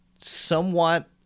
somewhat